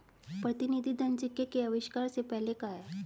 प्रतिनिधि धन सिक्के के आविष्कार से पहले का है